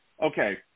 okay